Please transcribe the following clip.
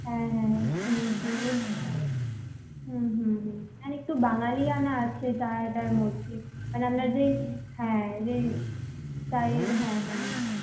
হ্যাঁ হ্যাঁ শরীরকে বেশ হুম হুম হুম আর একটু বাঙালিয়ানা আছে চা টার মধ্যে তাহলে আমরা যেই হ্যাঁ যেই চায়ের হ্যাঁ হ্যাঁ